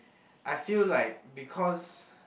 I feel like because